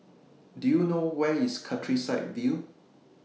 Do YOU know Where IS Countryside View